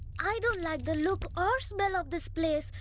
i don't like the look or smell of this place.